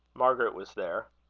margaret was there.